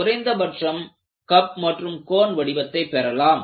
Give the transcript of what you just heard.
குறைந்தபட்சம் கப் மற்றும் கோன் வடிவத்தை பெறலாம்